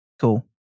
Cool